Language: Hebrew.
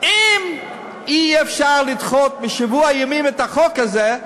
אם אי-אפשר לדחות בשבוע ימים את החוק הזה,